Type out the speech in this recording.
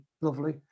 lovely